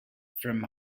from